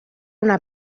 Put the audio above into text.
una